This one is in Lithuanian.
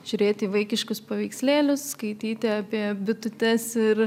žiūrėti į vaikiškus paveikslėlius skaityti apie bitutes ir